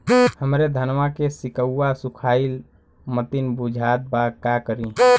हमरे धनवा के सीक्कउआ सुखइला मतीन बुझात बा का करीं?